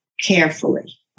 carefully